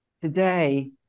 today